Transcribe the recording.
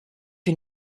you